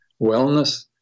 wellness